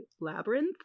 labyrinth